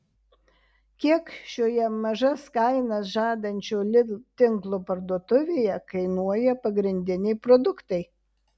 kiek šioje mažas kainas žadančio lidl tinklo parduotuvėje kainuoja pagrindiniai produktai